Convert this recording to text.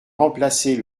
remplacer